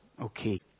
okay